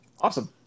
awesome